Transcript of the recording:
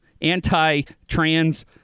anti-trans